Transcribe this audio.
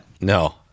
No